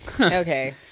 Okay